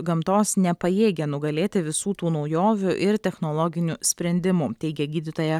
gamtos nepajėgia nugalėti visų tų naujovių ir technologinių sprendimų teigia gydytoja